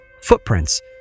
Footprints